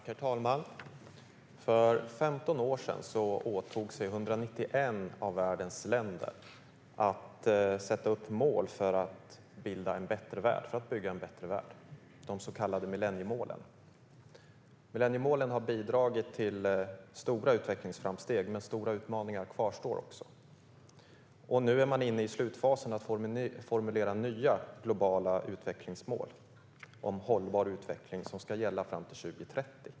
Herr talman! För 15 år sedan åtog sig 191 av världens länder att sätta upp mål för att bygga en bättre värld, de så kallade millenniemålen. Millenniemålen har bidragit till stora utvecklingsframsteg, men stora utmaningar kvarstår också. Nu är man inne i slutfasen av att formulera nya globala utvecklingsmål om hållbar utveckling, vilka ska gälla fram till 2030.